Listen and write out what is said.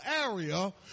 area